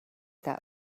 that